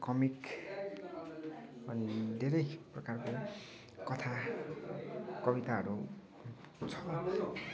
comic अनि धेरै प्रकारको कथा कविताहरू छ